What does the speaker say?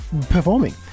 performing